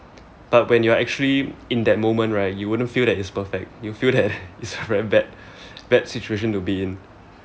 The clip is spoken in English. but when you are actually in that moment right you wouldn't feel that it's perfect you feel that it's a very bad bad situation to be in